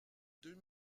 deux